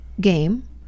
game